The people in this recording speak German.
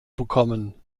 bekommen